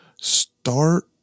start